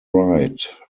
right